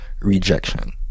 rejection